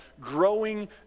growing